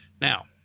Now